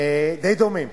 די דומים,